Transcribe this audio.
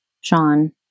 sean